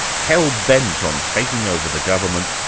hell-bent on taking over the government,